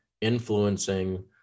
influencing